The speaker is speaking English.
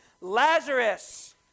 Lazarus